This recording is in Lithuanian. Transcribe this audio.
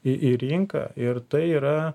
į į rinką ir tai yra